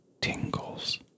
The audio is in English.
tingles